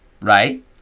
right